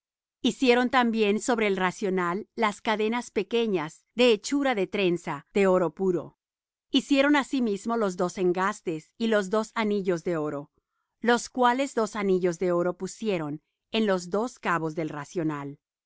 hicieron también sobre el racional las cadenas pequeñas de hechura de trenza de oro puro hicieron asimismo los dos engastes y los dos anillos de oro los cuales dos anillos de oro pusieron en los dos cabos del racional